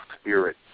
spirit